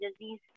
disease